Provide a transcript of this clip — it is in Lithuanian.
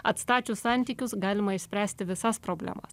atstačius santykius galima išspręsti visas problemas